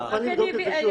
אני מוכן לבדוק את זה שוב.